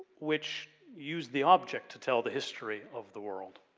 which used the object to tell the history of the world.